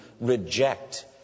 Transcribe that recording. reject